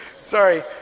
sorry